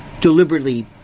deliberately